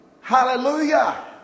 Hallelujah